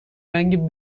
رنگ